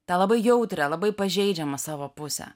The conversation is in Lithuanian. tą labai jautrią labai pažeidžiamą savo pusę